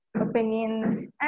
opinions